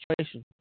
situation